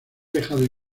dejado